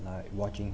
like watching